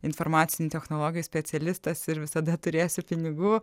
informacinių technologijų specialistas ir visada turėsiu pinigų